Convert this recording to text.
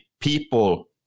people